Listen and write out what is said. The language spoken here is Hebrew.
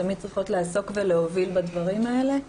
תמיד צריכות לעסוק ולהוביל בדברים האלה.